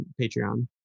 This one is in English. Patreon